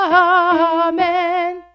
amen